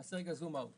נעשה רגע zoom out.